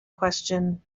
question